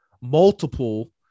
multiple